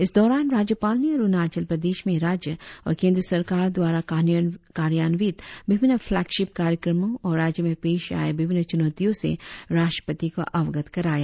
इस दौरान राज्यपाल ने अरुणाचल प्रदेश में राज्य और केंद्र सरकार द्वारा कार्यान्वित विभिन्न फ्लेगशिप कार्यक्रमों और राज्य में पेश आए विभिन्न च्रनौतियों से राष्ट्रपति को अवगत कराया